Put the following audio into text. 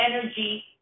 energy